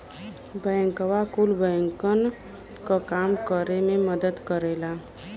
बैंकवा कुल बैंकन क काम करे मे मदद करेला